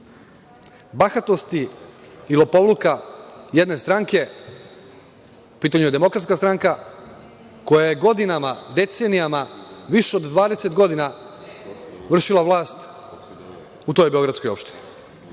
bahatosti i lopovluka jedne stranke, u pitanju je DS, koja je godina, decenijama više od 20 godina vršila vlast u toj beogradskoj opštini. To